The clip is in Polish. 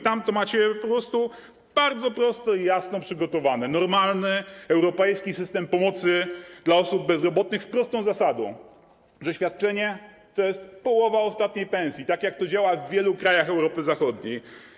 Tam to macie bardzo prosto i jasno przygotowane - normalny, europejski system pomocy dla osób bezrobotnych, z prostą zasadą, że świadczenie to jest połowa ostatniej pensji, tak jak to działa w wielu krajach Europy Zachodniej.